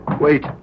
Wait